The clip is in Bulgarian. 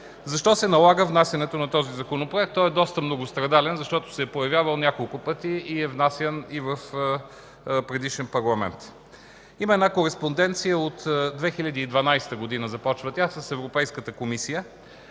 Защо се налага внасянето на този Законопроект? Той е доста многострадален, защото се е появявал няколко пъти и е внасян и в предишен парламент. Има една кореспонденция – тя започва от 2012 г., с Европейската комисия,